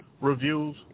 reviews